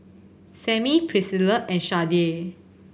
Sammie Priscilla and Shardae